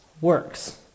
works